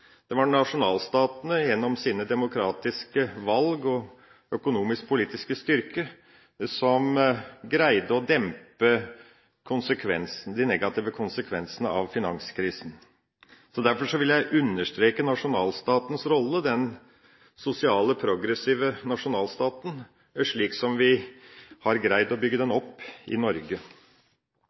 Det var nasjonalstatene gjennom sine demokratiske valg og sin økonomiske og politiske styrke som greide å dempe de negative konsekvensene av finanskrisen. Derfor vil jeg understreke nasjonalstatens rolle, den sosiale, progressive nasjonalstaten, slik vi har greid å bygge den opp i Norge.